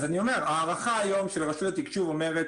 אז אני אומר שהערכה היום של רשות התקשוב אומרת